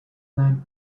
night